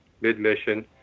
mid-mission